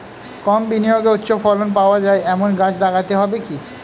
কম বিনিয়োগে উচ্চ ফলন পাওয়া যায় এমন গাছ লাগাতে হবে কি?